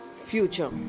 future